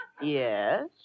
Yes